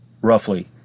roughly